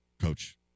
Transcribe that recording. coach